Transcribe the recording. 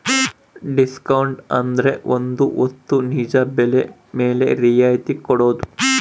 discount ಅಂದ್ರೆ ಒಂದ್ ವಸ್ತು ನಿಜ ಬೆಲೆ ಮೇಲೆ ರಿಯಾಯತಿ ಕೊಡೋದು